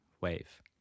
wave